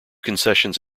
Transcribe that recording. concessions